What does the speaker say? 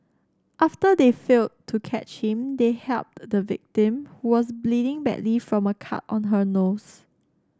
after they failed to catch him they helped the victim who was bleeding badly from a cut on her nose